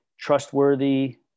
trustworthy